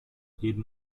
jeden